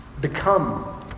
Become